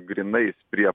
grynais prie